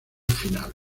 final